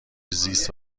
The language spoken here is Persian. زیست